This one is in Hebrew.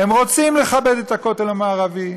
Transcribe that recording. הם רוצים לכבד את הכותל המערבי.